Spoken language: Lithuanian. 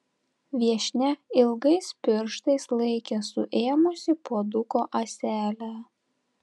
viešnia ilgais pirštais laikė suėmusi puoduko ąselę